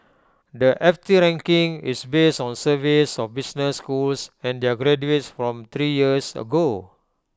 the F T ranking is based on surveys of business schools and their graduates from three years ago